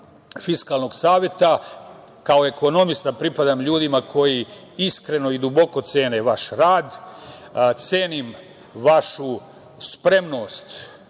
Fiskalnog saveta, kao ekonomista pripadam ljudima koji iskreno i duboku cene vaš rad, cenim vašu spremnost